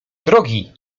drogi